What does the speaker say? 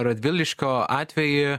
radviliškio atvejį